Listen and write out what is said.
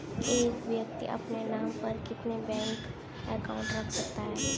एक व्यक्ति अपने नाम पर कितने बैंक अकाउंट रख सकता है?